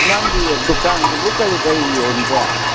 ꯅꯪꯒꯤ ꯗꯨꯀꯥꯟꯁꯤꯕꯨ ꯀꯔꯤ ꯀꯔꯤ ꯌꯣꯟꯒꯦ